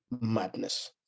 madness